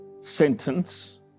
sentence